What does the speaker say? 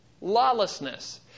lawlessness